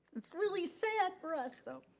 it's really sad for us though